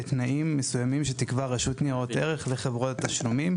בתנאים מסוימים שתקבע רשות לניירות ערך וחברות התשלומים,